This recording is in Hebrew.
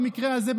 במקרה הזה,